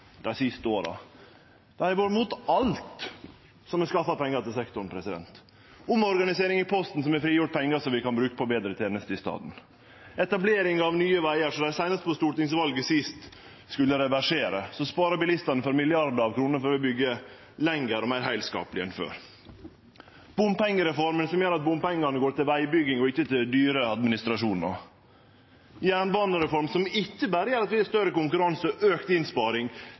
dei siste åra. Dei har vore imot alt som har skaffa pengar til sektoren: omorganiseringa av Posten, som har frigjort pengar som vi kan bruke på betre tenester i staden etableringa av Nye Vegar, som dei seinast ved stortingsvalet sist skulle reversere, og som sparer bilistane for milliardar av kroner ved å byggje lenger og meir heilskapleg enn før bompengereforma, som gjer at bompengane går til vegbygging og ikkje til dyre administrasjonar jernbanereforma, som ikkje berre gjer at vi har større konkurranse og auka innsparing,